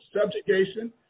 subjugation